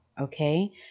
okay